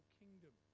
kingdom